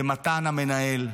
ובמתן המנהל,